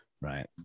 Right